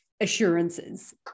assurances